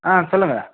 ஆ சொல்லுங்கள்